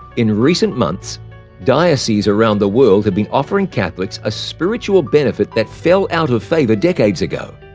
in recent months dioceses around the world have been offering catholics a spiritual benefit that fell out of favor decades ago,